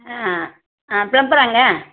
ஆ ஆ பிளம்பராங்க